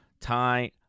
tie